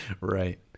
Right